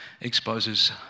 exposes